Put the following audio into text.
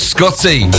Scotty